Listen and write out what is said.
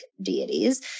deities